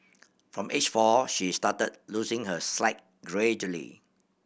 from age four she started losing her slight gradually